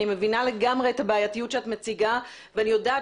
אני מבינה לגמרי את הבעייתיות שדאת מציגה ואני יודעת